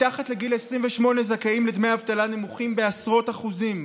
מתחת לגיל 28 זכאים לדמי אבטלה נמוכים בעשרות אחוזים.